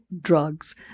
drugs